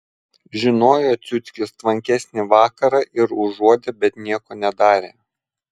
žinojo ciuckis tvankesnį vakarą ir užuodė bet nieko nedarė